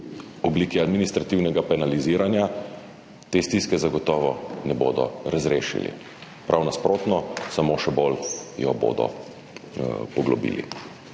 v obliki administrativnega penaliziranja te stiske zagotovo ne bodo razrešili, prav nasprotno, samo še bolj jo bodo poglobili.